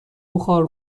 بخار